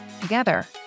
Together